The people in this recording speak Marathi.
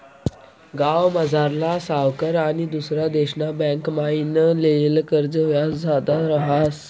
गावमझारला सावकार आनी दुसरा देशना बँकमाईन लेयेल कर्जनं व्याज जादा रहास